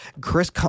Chris